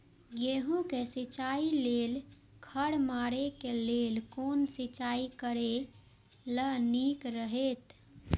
गेहूँ के सिंचाई लेल खर मारे के लेल कोन सिंचाई करे ल नीक रहैत?